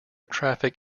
traffic